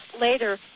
later